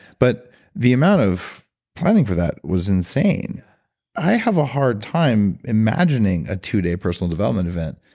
but the amount of planning for that was insane i have a hard time imagining a two day personal development event.